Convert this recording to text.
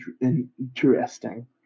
interesting